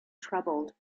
troubled